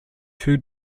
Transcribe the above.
two